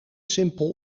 simpel